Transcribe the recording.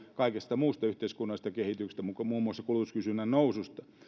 kaikesta muusta yhteiskunnallisesta kehityksestä muun muassa kulutuskysynnän noususta